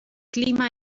clima